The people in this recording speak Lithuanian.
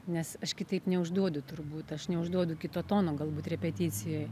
nes aš kitaip neužduodu turbūt aš neužduodu kito tono galbūt repeticijoj